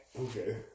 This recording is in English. okay